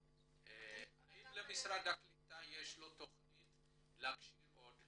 האם למשרד הקליטה יש תכנית להכשיר עוד?